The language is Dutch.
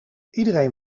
iedereen